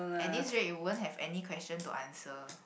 at this rate you won't have any question to answer